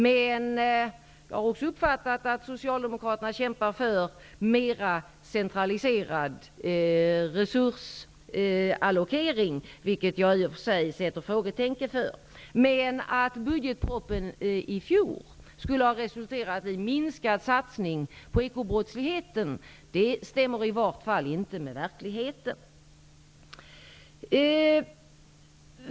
Jag har också uppfattat att socialdemokraterna kämpar för en mera centraliserad resursallokering, vilket jag i och för sig sätter frågetecken inför. Att budgetpropositionen från i fjol skulle ha resulterat i minskad satsning på ekobrottsligheten stämmer inte med verkligheten.